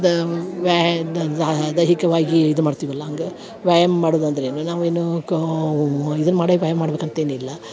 the ವ್ಯ ದೈಹಿಕವಾಗಿ ಇದು ಮಾಡ್ತೀವಲ್ಲ ಹಾಗಾ ವ್ಯಾಯಾಮ ಮಾಡೋದು ಅಂದ್ರ ಏನು ನಾವು ಏನೂ ಕಾ ಇದನ್ನ ಮಾಡೇ ವ್ಯಾಯಾಮ ಮಾಡ್ಬೇಕು ಅಂತೇನಿಲ್ಲ